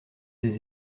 des